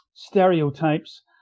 stereotypes